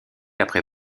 après